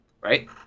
right